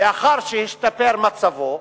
לאחר שהשתפר מצבו,